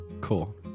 cool